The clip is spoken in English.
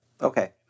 Okay